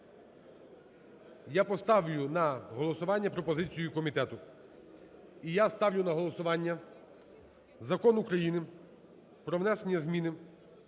Я поставлю на голосування пропозицію комітету. І я ставлю на голосування Закон України "Про внесення зміни